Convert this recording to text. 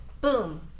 boom